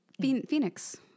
phoenix